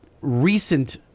recent